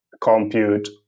compute